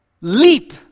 leap